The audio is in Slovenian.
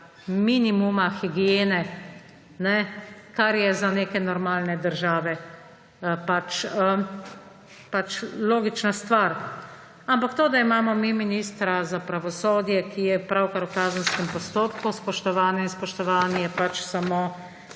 minimuma, higiene, kar je za neke normalne države pač logična stvar. Ampak to, da imamo mi ministra za pravosodje, ki je pravkar v kazenskem postopku, spoštovane in spoštovani, je pač samo